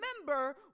remember